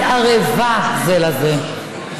היא ערבה זה לזה.